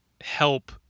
help